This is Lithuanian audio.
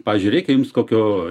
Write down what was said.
pavyzdžiui reikia jums kokio